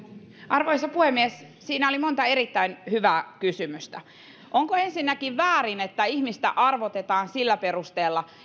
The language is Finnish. arvoisa puhemies siinä oli monta erittäin hyvää kysymystä onko ensinnäkin väärin että ihmistä arvotetaan sillä perusteella